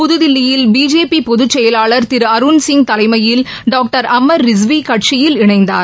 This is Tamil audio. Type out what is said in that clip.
புதுதில்லியில் பிஜேபி பொதுச்செயவாளர் திரு அருண்சிங் தலைமையில் டாக்டர் அம்மர் ரிஸ்வி கட்சியில் இணைந்தார்